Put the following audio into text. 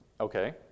Okay